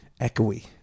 Echoey